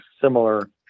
similar